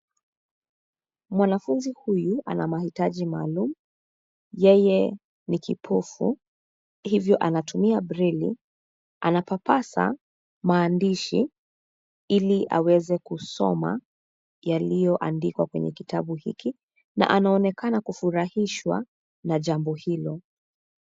Mwanafunzi huyu ana mahitaji maalum, yeye ni kipofu hivyo anatumia breli, anapapasa maandishi ili aweze kusoma yaliyoandikwa kwenye kitabu hiki na anaonekana kufurahishwa na jambo hilo.